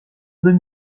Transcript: deux